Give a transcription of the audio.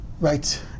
right